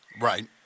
Right